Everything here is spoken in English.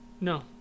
no